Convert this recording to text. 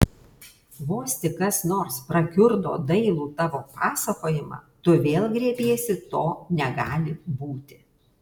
vos tik kas nors prakiurdo dailų tavo pasakojimą tu vėl griebiesi to negali būti